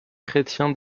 chrétien